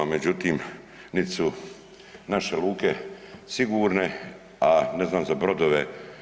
Međutim, niti su naše luke sigurne, a ne znam za brodove.